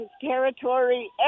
territory